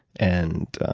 and